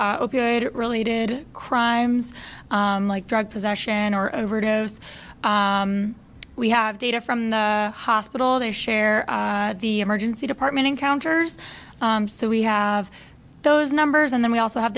it related crimes like drug possession or overdose we have data from the hospital they share the emergency department encounters so we have those numbers and then we also have